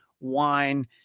wine